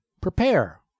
prepare